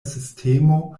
sistemo